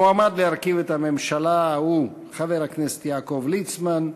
המועמד להרכיב את הממשלה הוא חבר הכנסת יעקב ליצמן,